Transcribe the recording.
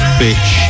bitch